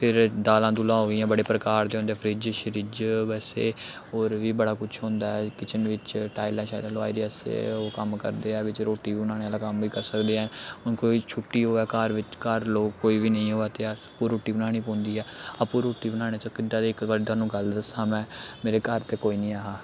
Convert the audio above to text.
फिर दालां दुलां होई गेइयां बड़े प्रकार दे होंदे फ्रिज श्रिज बैसे होर बी बड़ा कुछ होंदा ऐ किचन बिच्च टाइलां शाइलां लोआई दे असें ओह् कम्म करदे ऐ बिच्च रुट्टी बी बनाने आह्ला कम्म बी करी सकदे ऐ हून कोई छुट्टी होऐ घर बिच्च घर लो कोई बी नेईं होऐ ते अस आपूं रुट्टी बनानी पौंदी ऐ आपूं रुट्टी बनाने चा ते इक बारी तहानूं गल्ल दस्सां में मेरे घर ते कोई निं ऐ हा